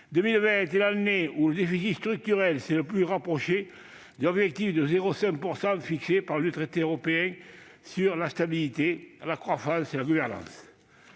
2020 a été l'année où le déficit structurel s'est le plus approché de l'objectif de 0,5 % fixé par le traité européen sur la stabilité, la croissance et la gouvernance.